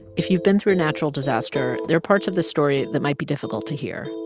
if you've been through a natural disaster, there are parts of this story that might be difficult to hear.